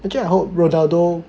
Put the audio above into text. actually I hope Ronaldo